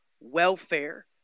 welfare